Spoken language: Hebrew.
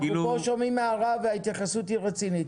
אנחנו פה שומעים הערה וההתייחסות היא רצינית,